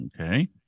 Okay